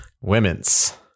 women's